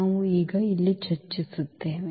ನಾವು ಈಗ ಇಲ್ಲಿ ಚರ್ಚಿಸುತ್ತೇವೆ